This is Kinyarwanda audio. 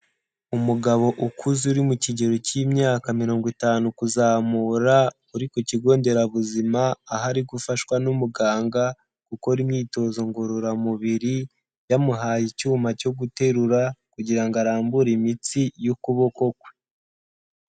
Umugabo ukuze uri mu kigero k'imyaka mirongo itanu kuzamura, uri ku kigo nderabuzima aho ari gufashwa n'umuganga gukora imyitozo ngororamubiri, yamuhaye icyuma cyo guterura kugira ngo arambure imitsi y'ukuboko kwe.